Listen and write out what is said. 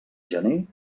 gener